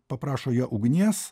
paprašo jo ugnies